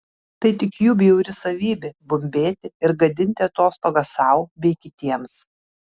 tai tik jų bjauri savybė bumbėti ir gadinti atostogas sau bei kitiems